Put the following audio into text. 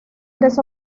tres